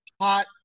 hot